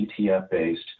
ETF-based